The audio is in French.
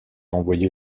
envoyé